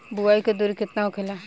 बुआई के दूरी केतना होखेला?